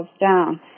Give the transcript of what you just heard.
down